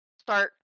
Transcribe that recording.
start